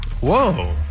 Whoa